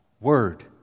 word